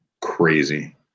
crazy